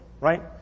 right